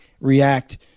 react